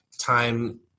time